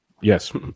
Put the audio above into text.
Yes